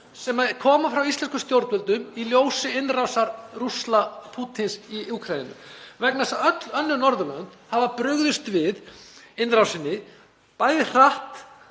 sem koma frá íslenskum stjórnvöldum í ljósi innrásar Pútíns í Úkraínu? Öll önnur Norðurlönd hafa brugðist við innrásinni bæði hratt